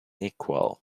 equal